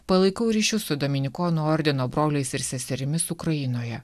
palaikau ryšius su dominikonų ordino broliais ir seserimis ukrainoje